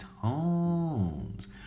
Tones